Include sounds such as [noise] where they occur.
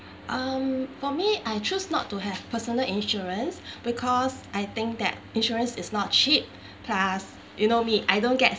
um for me I choose not to have personal insurance [breath] because I think that insurance is not cheap [breath] plus you know me I don't get